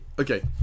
okay